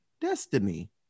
destiny